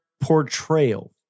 portrayal